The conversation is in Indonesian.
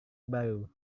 baru